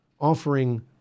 offering